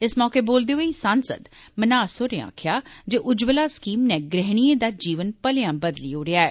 इस मौके बोलदे होई सांसद मन्हास होरें आक्खेआ जे उज्जवला स्कीम नै गृहणिएं दा जीवन भलेआ बदली ओड़ेआ ऐ